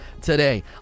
today